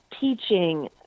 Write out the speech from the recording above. teaching